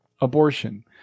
abortion